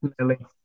smelly